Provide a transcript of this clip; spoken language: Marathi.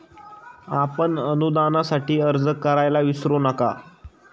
आपण अनुदानासाठी अर्ज करायला विसरू नका